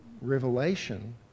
revelation